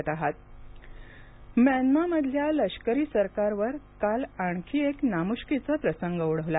Myanmar म्यानमाँमधल्या लष्करी सरकारवर काल आणखी एक नामुष्कीचा प्रसंग ओढवला